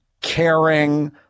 caring